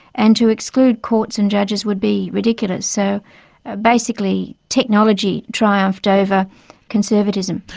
and to exclude courts and judges would be ridiculous. so basically technology triumphed over conservatism.